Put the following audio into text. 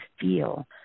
feel